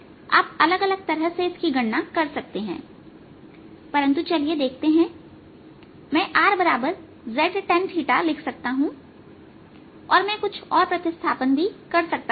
आप अलग अलग तरह से इसकी गणना कर सकते हैं परंतु चलिए देखते हैं मैं rztanθलिख सकता हूं और मैं कुछ और प्रतिस्थापन भी कर सकता था